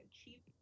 cheap